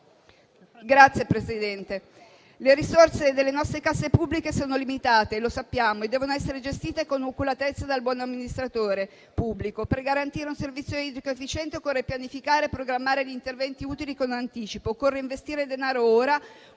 Le risorse delle nostre casse pubbliche sono limitate - lo sappiamo - e devono essere gestite con oculatezza dal buon amministratore pubblico. Per garantire un servizio idrico efficiente occorre pianificare e programmare gli interventi utili con anticipo; occorre investire denaro ora